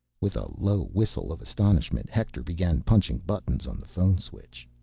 with a low whistle of astonishment, hector began punching buttons on the phone switch.